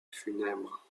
funèbre